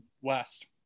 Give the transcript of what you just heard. West